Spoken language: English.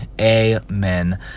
amen